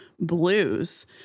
blues